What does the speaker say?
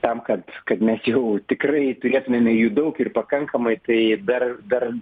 tam kad kad mes jau tikrai turėtumėme jų daug ir pakankamai tai dar dar